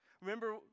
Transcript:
Remember